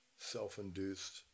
self-induced